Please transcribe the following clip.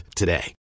today